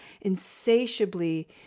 insatiably